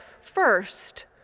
First